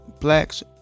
blacks